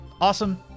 Awesome